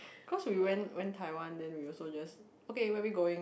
cause we went went Taiwan then we also just okay where're we going